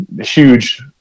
huge